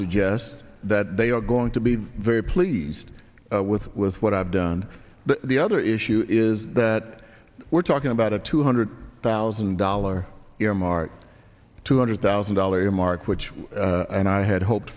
suggest that they are going to be very pleased with with what i've done but the other issue is that we're talking about a two hundred thousand dollars earmark two hundred thousand dollars to mark which and i had hoped